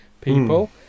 people